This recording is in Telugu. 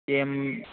ఏమ్